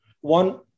One